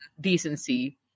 decency